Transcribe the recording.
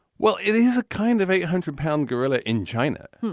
well, it is a kind of eight hundred pound gorilla in china.